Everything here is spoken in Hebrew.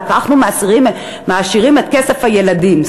לקחנו מהעשירים את כסף הילדים,